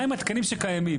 מהם התקנים שקיימים?